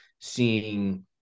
seeing